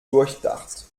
durchdacht